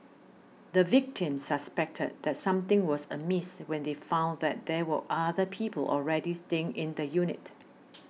the victims suspected that something was amiss when they found that there were other people already staying in the unit